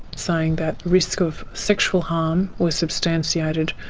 saying that risk of sexual harm was substantiated